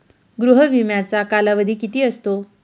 गृह विम्याचा कालावधी किती असतो?